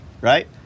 right